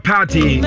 Party